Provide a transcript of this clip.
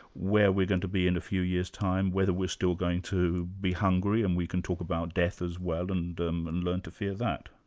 where we're going to be in a few years' time, whether we're still going to be hungry, and we can talk about death as well, and um and learn to fear that.